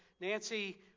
Nancy